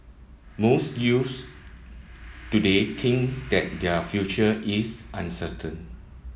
most youths today think that their future is uncertain